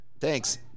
Thanks